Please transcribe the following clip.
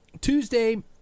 Tuesday